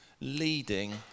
leading